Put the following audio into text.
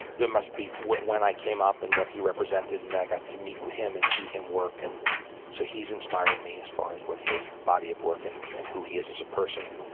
there must be, when i came up, and what he represented, and i got to meet him, and see him work. and so he's inspired me as far as what his body of work, and and who he is as a person.